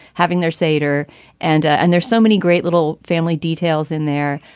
having their sader and. and there's so many great little family details in there.